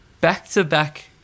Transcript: back-to-back